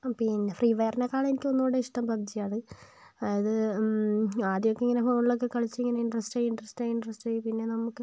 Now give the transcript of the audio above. പിന്നെ ഫ്രീ ഫയറിനെകാളും എനിക്ക് ഒന്നുംകൂടെ ഇഷ്ടം പബ്ജിയാണ് അത് ആദ്യമൊക്കെ ഇങ്ങനെ ഫോണിൽ ഒക്കെ കളിച്ച് ഇങ്ങനെ ഇൻറസ്റ്റ് ആയി ഇൻറസ്റ്റ് ആയി ഇൻറസ്റ്റ് ആയി പിന്നെ നമുക്ക്